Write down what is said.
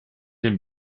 den